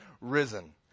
risen